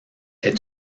est